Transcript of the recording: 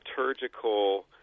liturgical